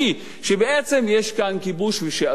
שבעצם יש כאן כיבוש וזה אסור.